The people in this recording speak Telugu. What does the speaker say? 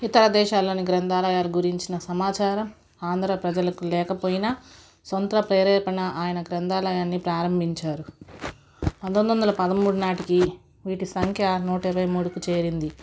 ఇతర దేశాల్లోని గ్రంథాలయాల గురించిన సమాచారం ఆంధ్ర ప్రజలకు లేకపోయినా సొంత ప్రేరేపణ అయన గ్రంథాలయాన్ని ప్రారంభించారు పంతొమ్మిది వందల పదమూడు నాటికి వీటి సంఖ్య నూట ఇరవై మూడుకు చేరింది